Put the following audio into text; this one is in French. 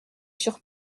sur